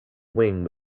wing